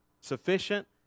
sufficient